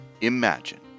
Imagine